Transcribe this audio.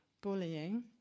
bullying